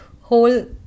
whole